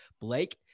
Blake